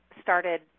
started